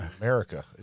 america